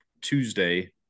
Tuesday